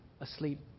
asleep